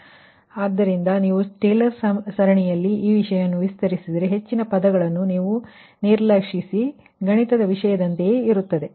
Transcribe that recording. ಆದ್ದರಿಂದ ಆ ಸಂದರ್ಭದಲ್ಲಿ ಏನಾಗುತ್ತದೆ ನೀವು ಟೇಲರ್ ಸರಣಿಯಲ್ಲಿ ಈ ವಿಷಯವನ್ನು ವಿಸ್ತರಿಸಿದರೆ ಮತ್ತು ಹೆಚ್ಚಿನ ಪದಗಳನ್ನು ನೀವು ನಿರ್ಲಕ್ಷಿಸಿದರೆ ಗಣಿತದ ವಿಷಯದ0ತೆಯೇ ಇರುತ್ತದೆ